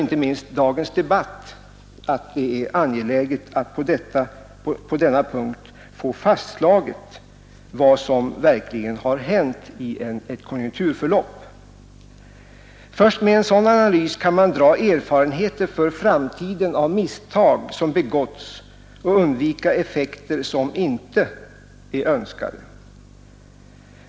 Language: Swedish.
Inte minst dagens debatt visar att det är angeläget att på denna punkt få fastslaget vad som verkligen har hänt i ett konjunkturförlopp. Först ur en sådan analys kan man få erfarenheter av misstag som begåtts och för framtiden undvika effekter som inte är önskade.